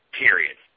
period